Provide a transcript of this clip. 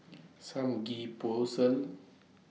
Samgeyopsal